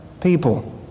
people